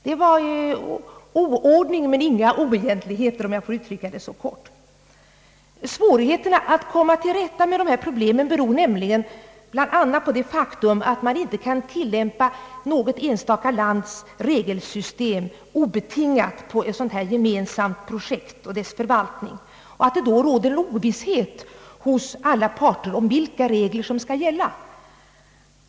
Det var oordning men inga oegentligheter, om jag får uttrycka det kort. Svårigheterna att komma till rätta med problemen beror bland annat på det faktum att man inte kan tillämpa något enstaka lands regelsystem obetingat på ett sådant här gemensamt projekt, varför det råder ovisshet hos alla parter om vilka regler som skall gälla.